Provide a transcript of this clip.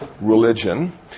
religion